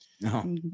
No